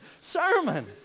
sermon